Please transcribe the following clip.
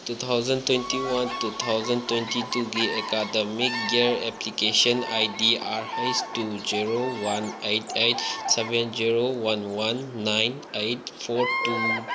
two thousand twenty one two thousand twenty ꯇꯨꯒꯤ academic year application I D R H two zero one eight eight seven zero one one nine eight four two